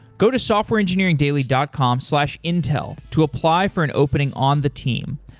go to softwareengineeringdaily dot com slash intel to apply for an opening on the team.